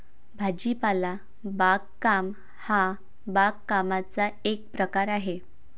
भाजीपाला बागकाम हा बागकामाचा एक प्रकार आहे